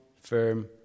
firm